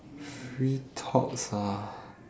free talks ah